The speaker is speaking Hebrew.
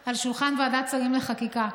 על שולחן ועדת שרים לחקיקה.